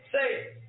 Say